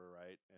right